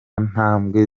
ntambwe